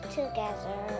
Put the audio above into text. together